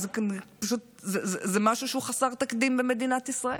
וזה משהו שהוא חסר תקדים במדינת ישראל.